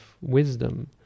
wisdom